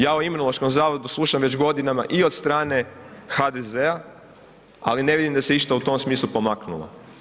Ja o Imunološkom zavodu slušam već godinama i od strane HDZ-a ali ne vidim da se išta u tom smislu pomaknulo.